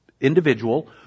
individual